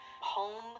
home